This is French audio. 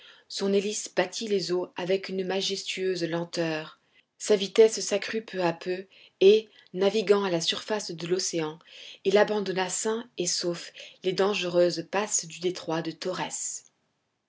son hélice battit les eaux avec une majestueuse lenteur sa vitesse s'accrut peu à peu et naviguant à la surface de l'océan il abandonna sain et sauf les dangereuses passes du détroit de torrès